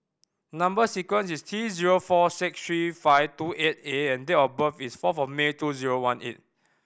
number sequence is T zero four six three five two eight A and date of birth is four of May two zero one eight